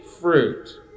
fruit